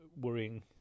worrying